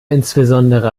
insbesondere